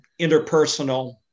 interpersonal